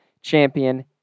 champion